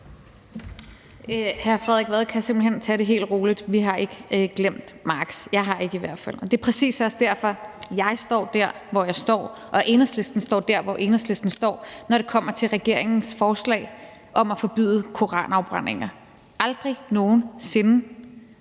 Hr. Frederik Vad kan simpelt hen tage det helt roligt. Vi har ikke glemt Marx, jeg har i hvert fald ikke. Det er præcis også derfor, jeg står der, hvor jeg står, og Enhedslisten står der, hvor Enhedslisten står, når det kommer til regeringens forslag om at forbyde koranafbrændinger. Aldrig nogen sinde